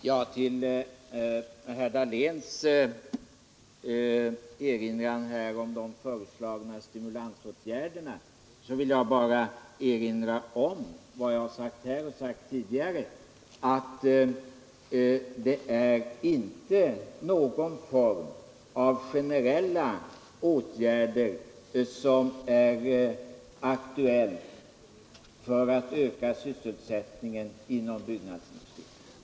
Herr talman! Efter herr Dahléns erinran om de föreslagna stimulansåtgärderna vill jag bara påminna om vad jag sagt tidigare, nämligen att det inte är någon form av generella åtgärder som är aktuell för att öka sysselsättningen inom byggnadsindustrin.